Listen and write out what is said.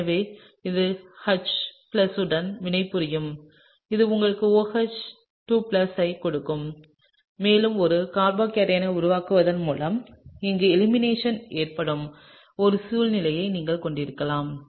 எனவே இது H உடன் வினைபுரியும் இது உங்களுக்கு OH2 ஐக் கொடுக்கும் மேலும் ஒரு கார்போகேட்டையான் உருவாவதன் மூலம் இங்கே எலிமினேஷன் ஏற்படும் ஒரு சூழ்நிலையை நீங்கள் கொண்டிருக்கலாம்